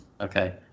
Okay